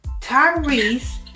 Tyrese